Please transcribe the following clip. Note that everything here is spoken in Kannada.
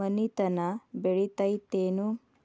ಮನಿತನ ಬೇಳಿತೈತೇನು?